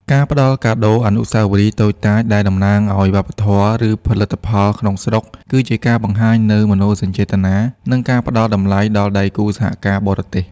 ការផ្តល់កាដូអនុស្សាវរីយ៍តូចតាចដែលតំណាងឱ្យវប្បធម៌ ឬផលិតផលក្នុងស្រុក គឺជាការបង្ហាញនូវមនោសញ្ចេតនា និងការផ្តល់តម្លៃដល់ដៃគូសហការបរទេស។